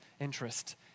interest